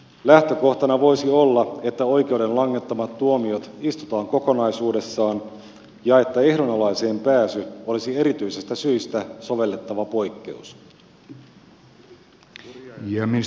lähtökohtana voisi olla että oikeuden langettamat tuomiot istutaan kokonaisuudessaan ja että ehdonalaiseen pääsy olisi erityisistä syistä sovellettava poikkeus